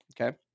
Okay